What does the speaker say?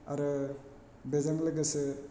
आरो बेजों लोगोसे